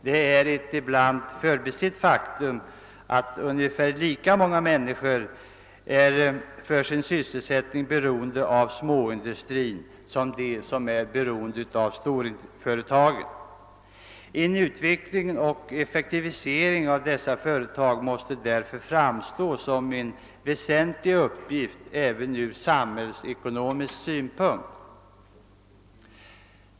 Det är ett ibland förbisett faktum att de människor som för sin sysselsättning är beroende av småindustrin är ungefär lika många som de som är beroende av storföretagen. En utveckling och effektivisering av dessa mindre företag måste därför framstå som en väsentlig uppgift även ur samhällsekonomisk synpunkt.